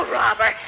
robber